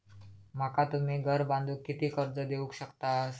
माका तुम्ही घर बांधूक किती कर्ज देवू शकतास?